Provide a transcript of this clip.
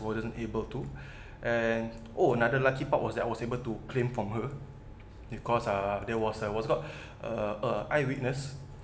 wasn't able to and oh another lucky part was that I was able to claim from her because uh there was there was not uh uh eyewitness